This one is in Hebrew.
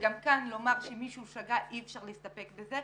וגם כאן לומר שמישהו שגה, אי אפשר להסתפק בזה.